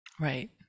right